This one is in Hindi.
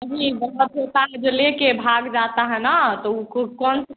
नहीं बहुत होता है जो लेकर भाग जाता है ना तो उको कौन